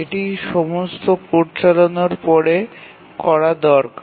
এটি সমস্ত কোড চালানোর পরে করা দরকার